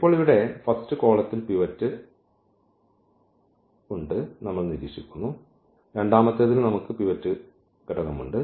ഇപ്പോൾ ഇവിടെ ഫസ്റ്റ് കോളത്തിൽ പിവറ്റ് ഒരു ഘടകമാണെന്ന് നമ്മൾ നിരീക്ഷിക്കുന്നു രണ്ടാമത്തെതിലും നമുക്ക് പിവറ്റ് ഘടകം ഉണ്ട്